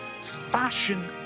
fashion